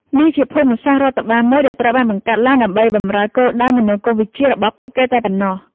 នេះជាភូមិសាស្ត្ររដ្ឋបាលមួយដែលត្រូវបានបង្កើតឡើងដើម្បីបម្រើគោលដៅមនោគមវិជ្ជារបស់ពួកគេតែប៉ុណ្ណោះ។